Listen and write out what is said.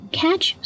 catch